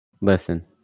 listen